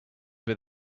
been